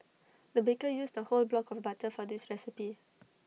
the baker used A whole block of butter for this recipe